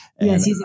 Yes